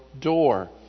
door